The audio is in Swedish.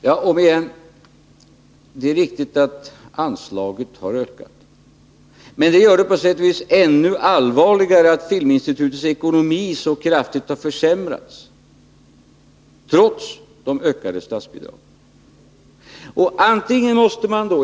Fru talman! Om igen: Det är riktigt att anslaget har ökat. Men då är det på sätt och vis ännu allvarligare att Filminstitutets ekonomi så kraftigt har försämrats — trots de ökade statsbidragen.